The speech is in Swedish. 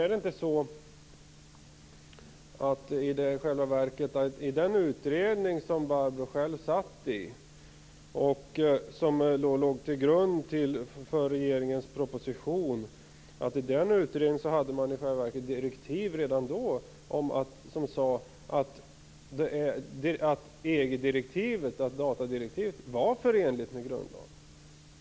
Är det inte i själva verket så att det redan i direktiven till den utredning som Barbro själv satt i, och som låg till grund för regeringens proposition, sades att EG-direktivet var förenligt med grundlagen?